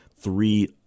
Three